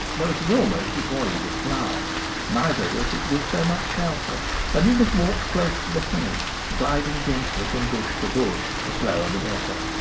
though it is almost devoid of flowers. neither does it give so much shelter and you must walk close to the hedge, gliding gently from bush to bush, the slower the better.